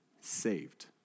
saved